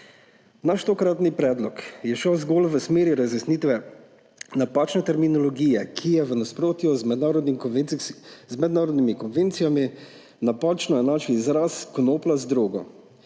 Naš tokratni predlog je šel zgolj v smeri razjasnitve napačne terminologije, ki v nasprotju z mednarodnimi konvencijami napačno enači izraz konoplja z drogo,